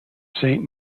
saint